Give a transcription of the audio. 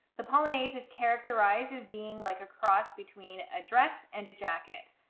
the polonaise is characterized as being like a cross between a dress and a jacket.